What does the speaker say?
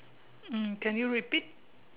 mm can you repeat